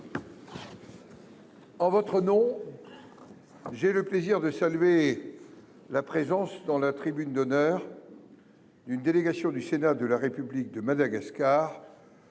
En votre nom. J'ai le plaisir de saluer. La présence dans la tribune d'honneur. D'une délégation du Sénat de la République de Madagascar.